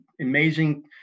amazing